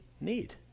need